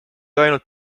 ainult